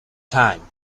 time